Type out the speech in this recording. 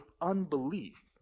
unbelief